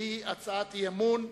והיא הצעת אי-אמון.